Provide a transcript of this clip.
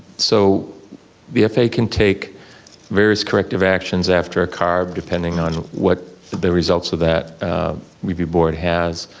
so the faa can take various corrective actions after a carb depending on what the results of that review board has.